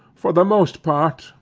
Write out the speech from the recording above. for the most part,